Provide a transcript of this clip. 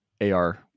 AR